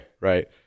Right